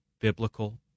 biblical